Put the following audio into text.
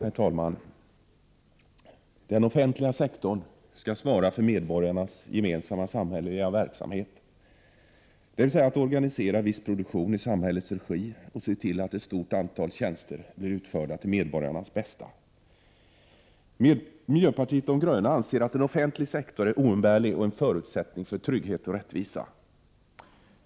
Herr talman! Den offentliga sektorn skall svara för medborgarnas gemensamma samhälleliga verksamhet, dvs. för att organisera viss produktion i samhällets regi och se till att ett stort antal tjänster blir utförda till medborgarnas bästa. Miljöpartiet de gröna anser att en offentlig sektor är oumbärlig och en förutsättning för trygghet och rättvisa.